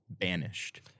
banished